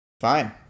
Fine